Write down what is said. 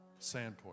Sandpoint